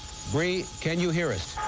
bree, can you hear us?